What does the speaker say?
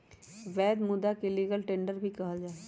वैध मुदा के लीगल टेंडर भी कहल जाहई